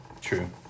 True